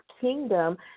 kingdom